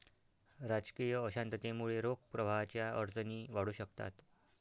राजकीय अशांततेमुळे रोख प्रवाहाच्या अडचणी वाढू शकतात